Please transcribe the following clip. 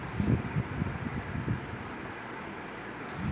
term loan के समय अइसे एक साल से दस साल के बीच होला